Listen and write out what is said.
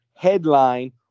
Headline